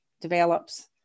develops